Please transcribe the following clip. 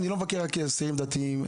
אני לא מבקר רק אסירים דתיים,